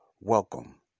Welcome